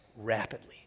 rapidly